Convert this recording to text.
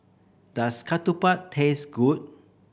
does ketupat taste good